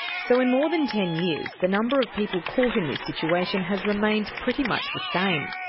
so in more than ten years, the numbers of people caught in this situation has remained pretty much the same.